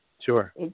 Sure